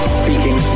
speaking